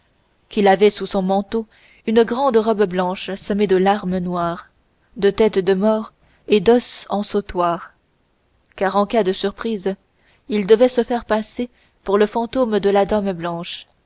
qu'il avait sous son manteau une grande robe blanche semée de larmes noires de têtes de mort et d'os en sautoir car en cas de surprise il devait se faire passer pour le fantôme de la dame blanche